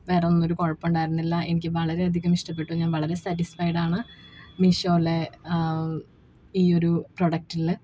വേറൊന്നും ഒരു കുഴപ്പമുണ്ടായിരുന്നില്ല എനിക്ക് വളരെയധികം ഇഷ്ടപ്പെട്ടു ഞാൻ വളരെ സാറ്റിസ്ഫൈഡാണ് മീഷോലേ ഈയൊരു പ്രൊഡക്ടിൽ